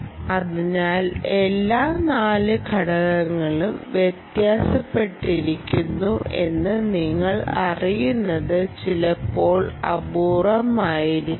അതിനാൽ എല്ലാ 4 ഘടകങ്ങളും വ്യത്യാസപ്പെട്ടിരിക്കുന്നു എന്ന് നിങ്ങൾ അറിയുന്നത് ചിലപ്പോൾ അപൂർവമായിരിക്കും